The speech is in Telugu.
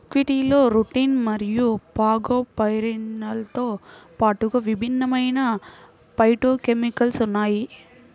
బుక్వీట్లో రుటిన్ మరియు ఫాగోపైరిన్లతో పాటుగా విభిన్నమైన ఫైటోకెమికల్స్ ఉన్నాయి